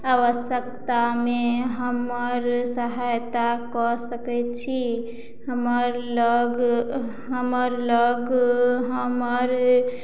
आवश्यकतामे हमर सहायता कऽ सकैत छी हमर लग हमर लग हमर